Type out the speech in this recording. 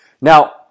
Now